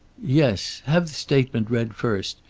yes. have the statement read first,